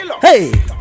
hey